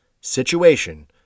situation